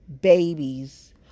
babies